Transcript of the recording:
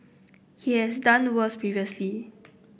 he has done worse previously